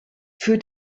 für